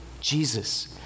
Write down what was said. Jesus